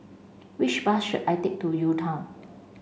which bus should I take to UTown